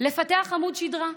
לפתח עמוד שדרה.